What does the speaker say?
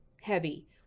heavy